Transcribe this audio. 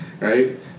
right